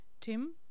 Tim